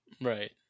Right